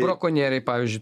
brakonieriai pavyzdžiui